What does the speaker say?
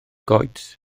goets